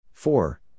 four